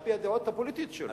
על-פי הדעות הפוליטיות שלו.